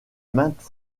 maintes